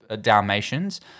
Dalmatians